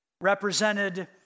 represented